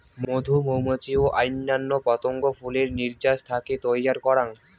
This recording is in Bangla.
মধু মৌমাছি ও অইন্যান্য পতঙ্গ ফুলের নির্যাস থাকি তৈয়ার করাং